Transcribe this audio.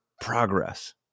progress